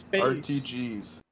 RTGs